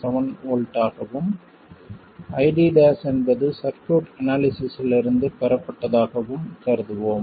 7 V ஆகவும் ID என்பது circuit அனாலிசிஸ்லிருந்து பெறப்பட்டதாகவும் கருதுவோம்